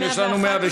יש לנו 112,